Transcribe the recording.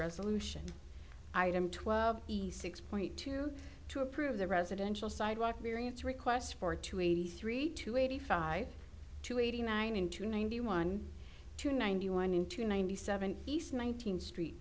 resolution item twelve east six point two to approve the residential sidewalk variance requests for two eighty three to eighty five to eighty nine in two ninety one to ninety one in two ninety seven east nine hundred street